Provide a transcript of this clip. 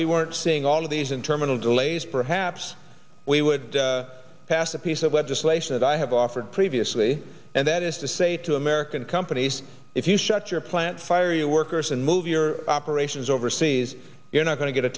we weren't seeing all of these in terminal delays perhaps we would pass a piece of legislation that i have offered previously and that is to say to american companies if you shut your plant fire you workers and move your operations overseas you're not going to get a